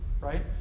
right